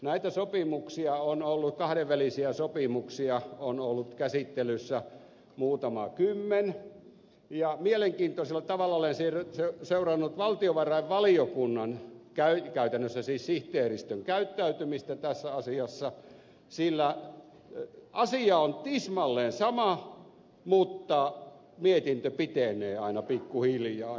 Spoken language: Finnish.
näitä kahdenvälisiä sopimuksia on ollut käsittelyssä muutama kymmen ja mielenkiinnolla olen seurannut valtiovarainvaliokunnan käytännössä siis sihteeristön käyttäytymistä tässä asiassa sillä asia on tismalleen sama mutta mietintö pitenee aina pikku hiljaa